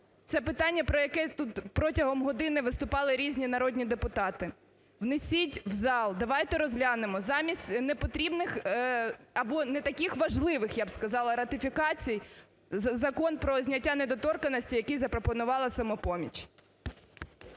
це питання, про яке тут протягом години виступали різні народні депутати. Внесіть в зал, давайте розглянемо, замість непотрібних або не таких важливих, я б сказала, ратифікацій Закон про зняття недоторканності, який запропонувала "Самопоміч".